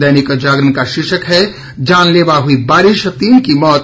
दैनिक जागरण का शीर्षक है जानलेवा हुई बारिश तीन की मौत